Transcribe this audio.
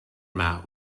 mat